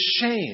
shame